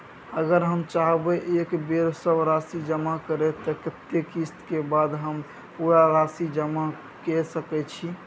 अगर हम चाहबे एक बेर सब राशि जमा करे त कत्ते किस्त के बाद हम पूरा राशि जमा के सके छि?